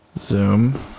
zoom